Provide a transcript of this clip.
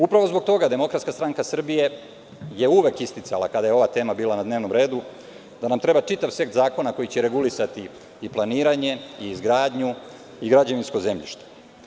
Upravo zbog toga, Demokratska stranka Srbije je uvek isticala, kada je ova tema bila na dnevnom redu, da nam treba čitav set zakona koji će regulisati i planiranje i izgradnju i građevinsko zemljište.